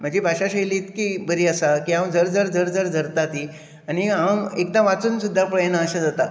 म्हाजी भाशा शैली इतकी बरी आसा की हांव झर झर झर झर झरता ती आनी हांव एकदां वाचून सुद्दां पळयना अशें जाता